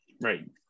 Right